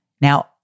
Now